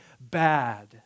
bad